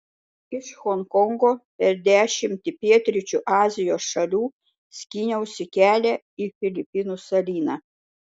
iš honkongo per dešimtį pietryčių azijos šalių skyniausi kelią į filipinų salyną